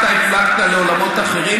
אתה הפלגת לעולמות אחרים,